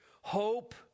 Hope